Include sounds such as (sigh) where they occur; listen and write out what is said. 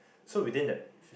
so within that (noise)